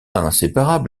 inséparables